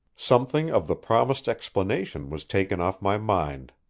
something of the promised explanation was taken off my mind.